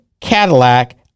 Cadillac